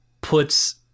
puts